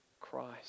Christ